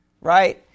Right